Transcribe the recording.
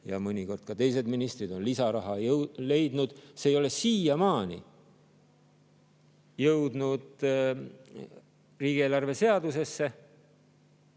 – mõnikord ka teised ministrid – on lisaraha leidnud. See ei ole siiamaani jõudnud riigieelarve seadusesse